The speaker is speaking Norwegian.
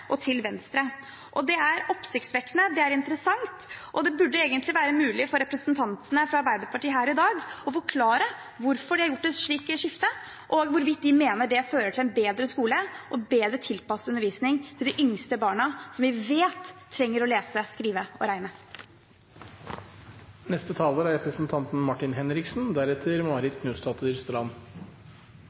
og til venstre. Det er oppsiktsvekkende, det er interessant, og det burde egentlig være mulig for representantene fra Arbeiderpartiet her i dag å forklare hvorfor de har gjort et slikt skifte, og hvorvidt de mener det fører til en bedre skole og bedre tilpasset undervisning for de yngste barna, som vi vet trenger å lære å lese, skrive og regne. Jeg vil begynne med å si at jeg er